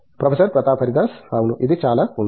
professor Pratap Haridas అవును ఇది చాలా ఉంది